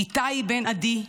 איתי בן עדי,